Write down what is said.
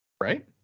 Right